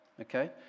okay